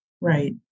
right